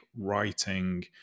writing